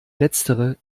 letztere